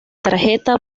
tarjeta